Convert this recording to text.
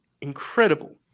incredible